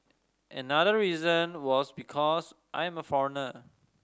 another reason was because I am a foreigner